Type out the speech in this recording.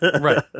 right